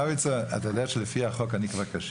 דוידסון, אתה יודע שלפי החוק אני כבר קשיש?